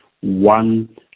one